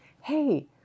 hey